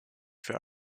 für